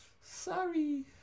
Sorry